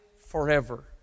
forever